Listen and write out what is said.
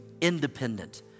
independent